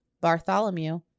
Bartholomew